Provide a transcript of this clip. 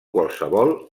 qualsevol